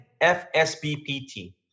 FSBPT